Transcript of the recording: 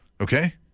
Okay